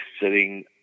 sitting